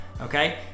okay